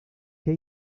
què